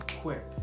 quick